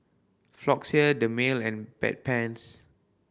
Floxia Dermale and Bedpans